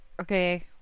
Okay